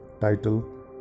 Title